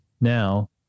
now